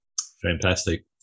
fantastic